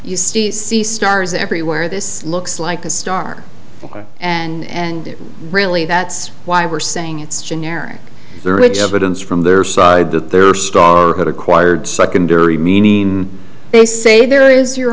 still see stars everywhere this looks like a star and really that's why we're saying it's generic evidence from their side that their star had acquired secondary meaning they say there is your